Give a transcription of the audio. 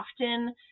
often